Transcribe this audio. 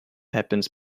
happens